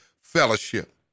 fellowship